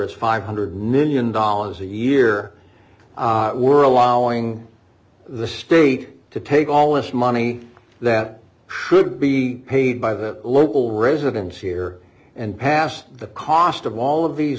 it's five hundred million dollars a year we're allowing the state to take all this money that should be paid by the local residents here and pass the cost of all of these